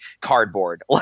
cardboard